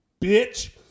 bitch